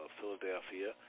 Philadelphia